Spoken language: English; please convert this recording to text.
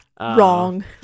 Wrong